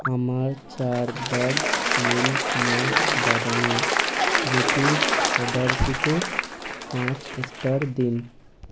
আমার চার bag milk মা বাদামি রুটির অর্ডারটিকে পাঁচ স্টার দিন